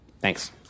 Thanks